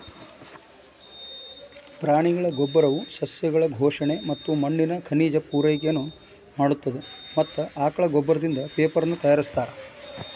ಪ್ರಾಣಿಗಳ ಗೋಬ್ಬರವು ಸಸ್ಯಗಳು ಪೋಷಣೆ ಮತ್ತ ಮಣ್ಣಿನ ಖನಿಜ ಪೂರೈಕೆನು ಮಾಡತ್ತದ ಮತ್ತ ಆಕಳ ಗೋಬ್ಬರದಿಂದ ಪೇಪರನು ತಯಾರಿಸ್ತಾರ